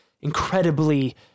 incredibly